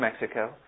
Mexico